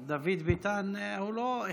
מה, דוד ביטן הוא לא אחד.